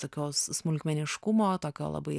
tokios smulkmeniškumo tokio labai